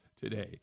today